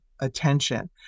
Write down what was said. attention